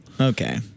Okay